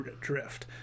drift